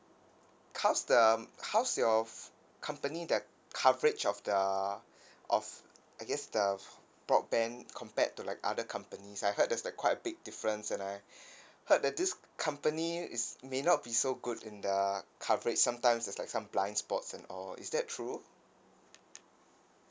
how's the how's your company the coverage of the of I guess the broadband compared to like other companies I heard there's a quite a big difference and I heard that this company is may not be so good in the coverage sometimes is like some blind spots and all is that true